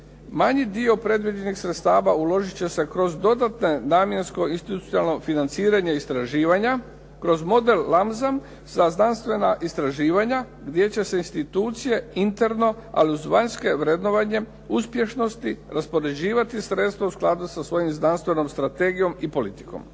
Manji dio predviđenih sredstava uložit će se kroz dodatne namjensko institucionalno financiranje istraživanja kroz model Lamsam za znanstvena istraživanja gdje će se institucije interno ali uz vanjsko vrednovanje uspješnosti raspoređivati sredstva u skladu sa svojom znanstvenom strategijom i politikom.